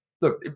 look